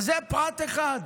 אבל זה פרט אחד.